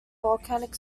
volcanic